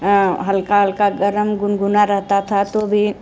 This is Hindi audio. हल्का हल्का गर्म गुनगुना रहता था तो भी